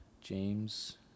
James